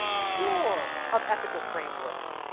pure of ethical frameworks?